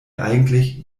eigentlich